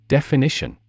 Definition